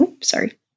sorry